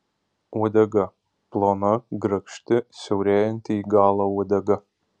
uodega plona grakšti siaurėjanti į galą uodega